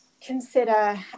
consider